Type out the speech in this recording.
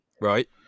right